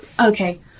okay